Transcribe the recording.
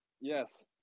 Yes